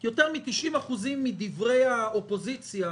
יותר מ-90% מדברי האופוזיציה